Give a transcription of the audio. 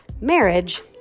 marriage